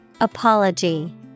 Apology